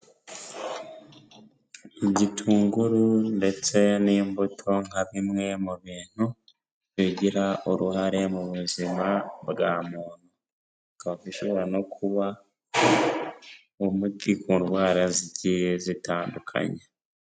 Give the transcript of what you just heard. Igitunguru ndetse n'imbuto nka bimwe mu bintu bigira uruhare mu buzima bwa muntu. Bikaba bishobora no kuba umuti ku ndwara zigiye zitandukanye.